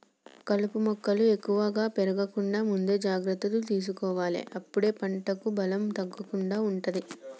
కలుపు మొక్కలు ఎక్కువ పెరగకుండా ముందే జాగ్రత్త తీసుకోవాలె అప్పుడే పంటకు బలం తగ్గకుండా ఉంటది